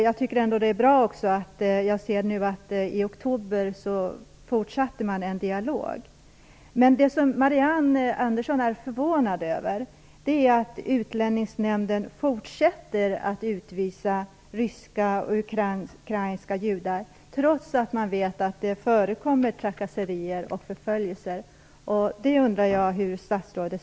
Jag ser nu att man i oktober fortsatte en dialog, och det är bra. Det Marianne Andersson är förvånad över är att